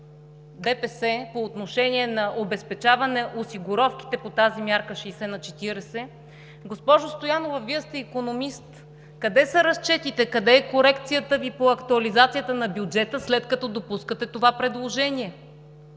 ДПС по отношение на обезпечаване осигуровките по тази мярка 60:40, госпожо Стоянова, Вие сте икономист: къде са разчетите, къде е корекцията Ви по актуализацията на бюджета, след като допускате това предложение?